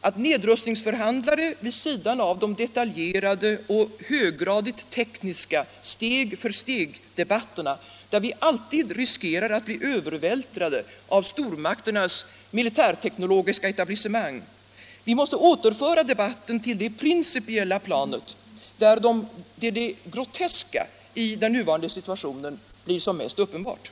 att nedrustningsförhandlare, vid sidan av de detaljerade och höggradigt tekniska steg-för-steg-debatterna, där vi alltid riskerar att bli övervältrade av stormakternas militärteknologiska etablissemang, måste återföra debatten till det principiella planet, där det groteska i den nuvarande situationen blir som mest uppenbart.